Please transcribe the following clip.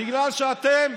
בגלל שאתם,